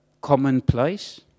commonplace